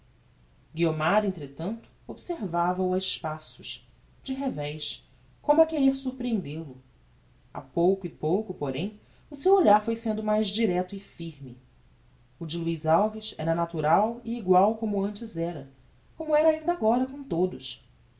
guiomar entretanto observava o a espaços de revez como a querer sorprehendel o a pouco e pouco porém o seu olhar foi sendo mais direito e firme o de luiz alves era natural e egual como antes era como era ainda agora com todos